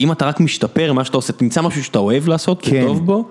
אם אתה רק משתפר, מה שאתה עושה, תמצא משהו שאתה אוהב לעשות, שאתה טוב בו.